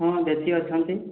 ହଁ ଦେଶୀ ଅଛନ୍ତି